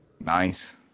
Nice